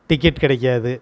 ticket கிடைக்காது